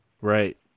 Right